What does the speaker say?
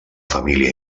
família